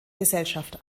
gesellschaft